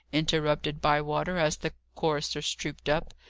interrupted bywater, as the choristers trooped up,